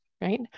right